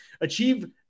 Achieve